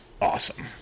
awesome